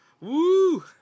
Woo